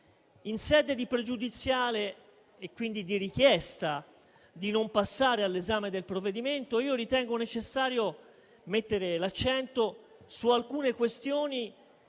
questione pregiudiziale, e quindi di richiesta di non passare all'esame del provvedimento, io ritengo necessario mettere l'accento su alcune questioni